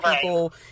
people